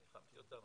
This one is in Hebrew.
ניחמתי אותם,